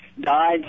died